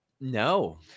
No